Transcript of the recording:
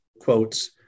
quotes